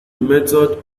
method